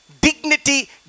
dignity